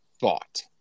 thought